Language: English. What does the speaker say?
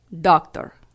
Doctor